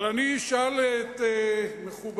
אבל אני אשאל את מכובדי,